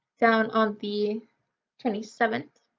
down on the twenty seventh.